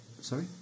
Sorry